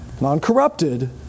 non-corrupted